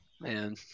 Man